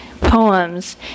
poems